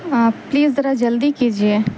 please ذرا جلدی کیجیے